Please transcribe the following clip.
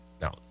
Now